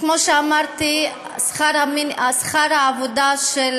כמו שאמרתי, שכר העבודה של